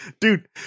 dude